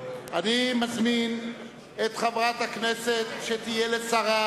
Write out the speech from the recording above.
אני מזמין את חברת הכנסת שתהיה לשרה,